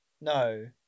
no